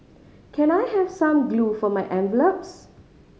can I have some glue for my envelopes